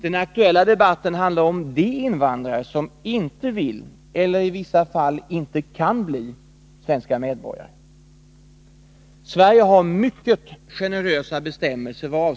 Den aktuella debatten handlar om de Sverige har mycket generösa bestämmelser vad avser förvärv av svenskt Torsdagen den medborgarskap.